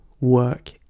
work